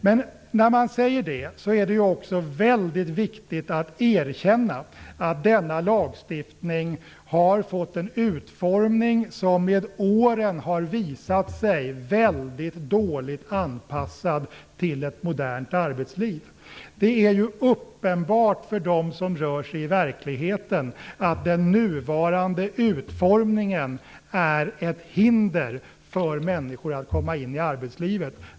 Men när man säger det är det också väldigt viktigt att erkänna att denna lagstiftning har fått en utformning som med åren har visat sig väldigt dåligt anpassad till ett modernt arbetsliv. Det är uppenbart för dem som rör sig i verkligheten att den nuvarande utformningen är ett hinder för människor att komma in i arbetslivet.